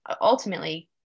ultimately